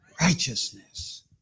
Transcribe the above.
righteousness